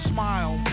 Smile